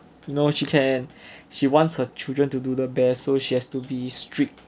no she can she wants her children to do the best so she has to be strict